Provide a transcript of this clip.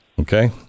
okay